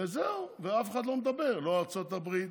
וזהו, אף אחד לא מדבר, לא ארצות הברית